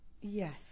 Yes